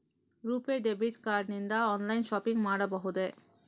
RuPay debit card ನಿಂದ online shopping ಮಾಡಬಹುದೇ?